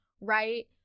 right